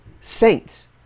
saints